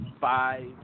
five